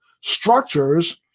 structures